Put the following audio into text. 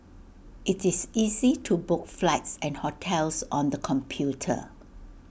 IT is easy to book flights and hotels on the computer